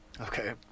Okay